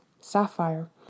Sapphire